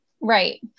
Right